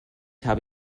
habe